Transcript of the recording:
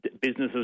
businesses